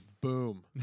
Boom